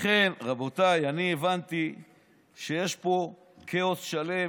לכן, רבותיי, אני הבנתי שיש פה כאוס שלם,